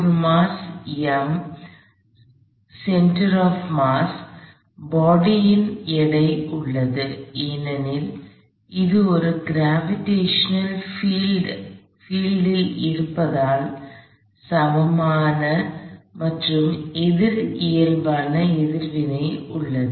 ஒரு mass m centre of mass body ன் எடை உள்ளது ஏனெனில் அது ஒரு கிராவிடஷனல் பீல்ட் ல் gravitational fieldஈர்ப்பு புலம் இருப்பதால் சமமான மற்றும் எதிர் இயல்பான எதிர்வினை உள்ளது